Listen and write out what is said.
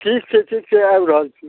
ठीक छै ठीक छै आबि रहल छी